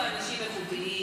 אצלנו האנשים איכותיים.